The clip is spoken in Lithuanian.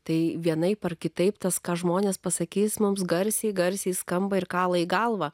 tai vienaip ar kitaip tas ką žmonės pasakys mums garsiai garsiai skamba ir kala į galvą